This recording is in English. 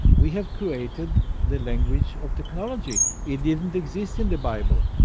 we have created the language of technology. it didn't exist in the bible.